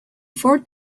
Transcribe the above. four